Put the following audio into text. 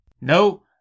No